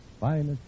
Finest